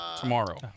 tomorrow